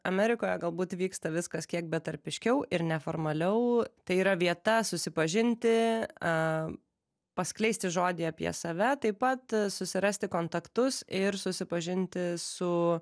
amerikoje galbūt vyksta viskas kiek betarpiškiau ir neformaliau tai yra vieta susipažinti a paskleisti žodį apie save taip pat susirasti kontaktus ir susipažinti su